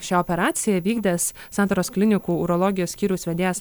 šią operaciją vykdęs santaros klinikų urologijos skyriaus vedėjas